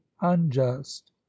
unjust